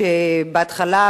שבהתחלה,